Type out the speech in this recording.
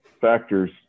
factors